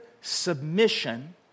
submission